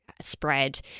spread